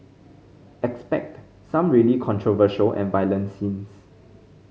expect some really controversial and violent scenes